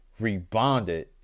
rebonded